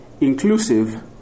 inclusive